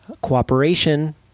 cooperation